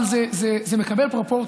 אבל זה מקבל פרופורציות.